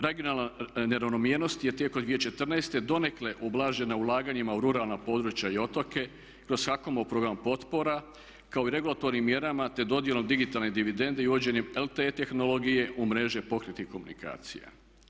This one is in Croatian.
Regionalna neravnomjernost je tijekom 2014.donekle ublažena ulaganjima u ruralna područja i otoke kroz HAKOM-ov program potpora kao i regulatornim mjerama te dodjelom digitalne dividende i uvođenjem LTE tehnologije u mreže pokretnih komunikacija.